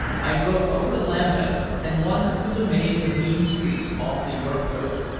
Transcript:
i drove over to lambeth and wandered through the maze of mean streets off the york road,